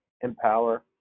empower